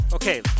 Okay